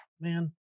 man